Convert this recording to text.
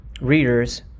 readers